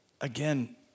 again